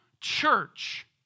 church